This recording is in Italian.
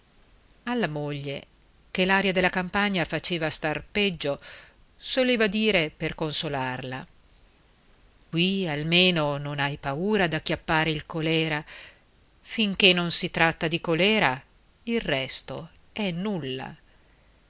alla moglie che l'aria della campagna faceva star peggio soleva dire per consolarla qui almeno non hai paura d'acchiappare il colèra finché non si tratta di colèra il resto è nulla